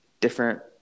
different